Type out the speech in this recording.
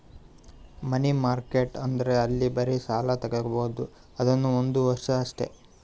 ಮನಿ market ಅಂದುರ್ ಅಲ್ಲಿ ಬರೇ ಸಾಲ ತಾಗೊಬೋದ್ ಅದುನೂ ಒಂದ್ ವರ್ಷ ಅಷ್ಟೇ